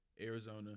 Arizona